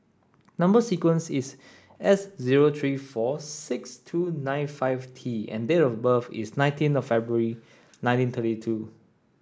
number sequence is S zero three four six two nine five T and date of birth is nineteen of February nineteen thirty two